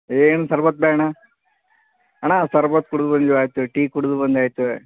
ಏನು ಶರ್ಬತ್ ಬೇಡಣ್ಣ ಅಣ್ಣ ಶರ್ಬತ್ತ್ ಕುಡುದು ಬಂದಾಯಿತು ಟೀ ಕುಡುದು ಬಂದಾಯಿತು